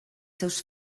seus